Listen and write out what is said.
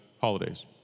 holidays